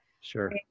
Sure